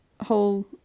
whole